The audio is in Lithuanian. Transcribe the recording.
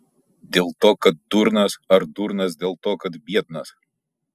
dėl to kad durnas ar durnas dėl to kad biednas